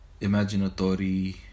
imaginatory